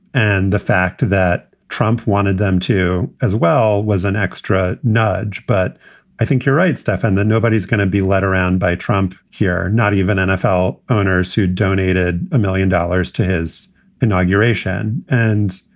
and the fact that trump wanted them to as well was an extra nudge. but i think you're right, stefan, that nobody is going to be led around by trump here, not even nfl owners who donated a million dollars to. his inauguration. and,